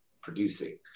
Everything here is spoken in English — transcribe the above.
producing